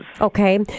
Okay